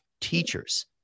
teachers